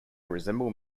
resemble